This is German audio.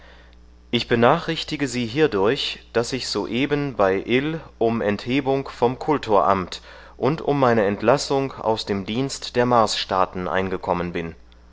ich benachrichtige sie hierdurch daß ich soeben bei ill um enthebung vom kultoramt und um meine entlassung aus dem dienst der marsstaaten eingekommen bin